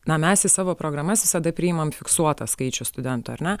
na mes į savo programas visada priimam fiksuotą skaičių studentų ar ne